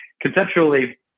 conceptually